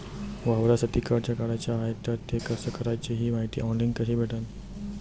वावरासाठी कर्ज काढाचं हाय तर ते कस कराच ही मायती ऑनलाईन कसी भेटन?